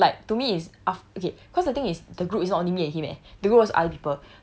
what is done is done like to me is af~ okay cause the thing is the group is not only me and him eh